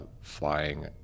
flying